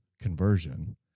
conversion